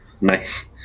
Nice